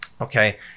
okay